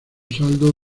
saldo